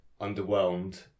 underwhelmed